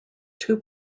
two